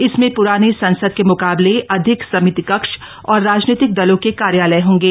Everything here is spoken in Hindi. इसमें प्रानी संसद के म्काबले अधिक समिति कक्ष और राजनीतिक दलों के कार्यालय होंगे